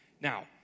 Now